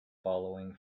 following